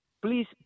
Please